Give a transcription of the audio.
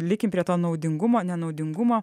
likim prie to naudingumo nenaudingumo